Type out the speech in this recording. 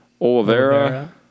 Oliveira